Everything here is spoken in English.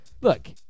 Look